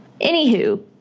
Anywho